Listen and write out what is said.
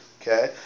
Okay